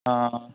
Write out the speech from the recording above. ਹਾਂ